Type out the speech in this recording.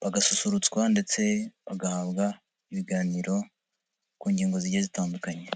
bagasusurutswa ndetse bagahabwa ibiganiro ku ngingo zigiye zitandukanye.